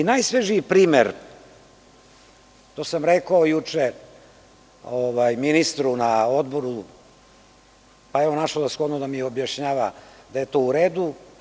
Najsvežiji primer, to sam rekao juče ministru na odboru, pa je našao za shodno da mi objašnjava da je to u redu.